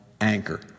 Anchor